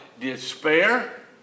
despair